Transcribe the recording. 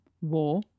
war